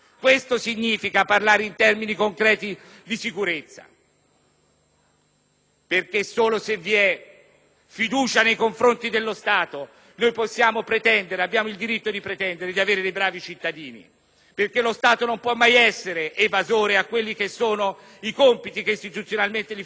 perché solo se vi è fiducia nei confronti dello Stato abbiamo il diritto di pretendere di avere dei bravi cittadini, perché lo Stato non può mai essere evasore a quelli che sono i compiti che istituzionalmente gli fanno carico, primo fra tutti quello di garantire la sicurezza sia esterna che interna.